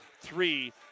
three